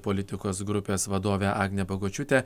politikos grupės vadovė agnė bagočiūtė